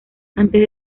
antes